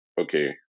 okay